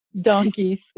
donkeys